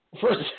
First